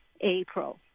april